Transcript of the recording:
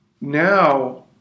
now